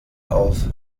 auf